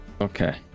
Okay